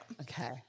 Okay